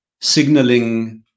signaling